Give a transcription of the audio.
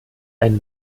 ein